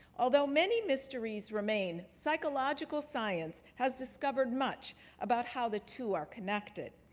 although many mysteries remain, psychological science has discovered much about how the two are connected.